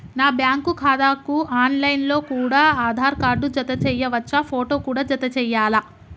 నా బ్యాంకు ఖాతాకు online లో కూడా ఆధార్ కార్డు జత చేయవచ్చా ఫోటో కూడా జత చేయాలా?